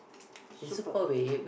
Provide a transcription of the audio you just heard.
superb